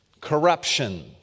corruption